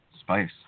spice